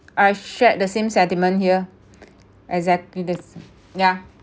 I share the same sentiment here exactly the same yeah